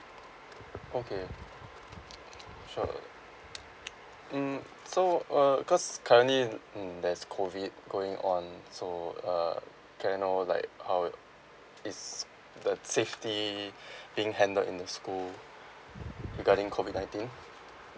okay sure mm so uh cause currently in mm there's COVID going on so uh can I know like how it is the safety being handled in the school regarding COVID nineteen